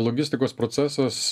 logistikos procesas